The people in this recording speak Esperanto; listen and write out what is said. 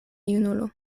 junulo